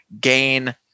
gain